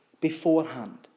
beforehand